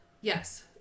yes